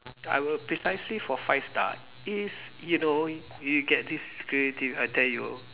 I will precisely for five star is you know you get this creative I tell you